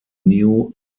new